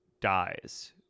dies